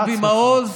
אבי מעוז,